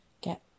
get